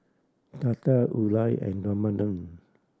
Tata Udai and Ramanand